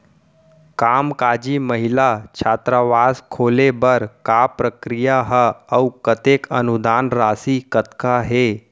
कामकाजी महिला छात्रावास खोले बर का प्रक्रिया ह अऊ कतेक अनुदान राशि कतका हे?